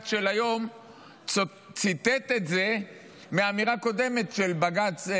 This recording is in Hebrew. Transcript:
ובג"ץ של היום ציטט את זה מהאמירה קודמת של בג"ץ,